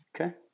Okay